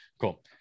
Cool